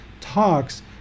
talks